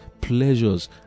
pleasures